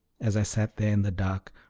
as i sat there in the dark,